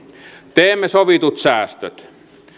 teemme sovitut säästöt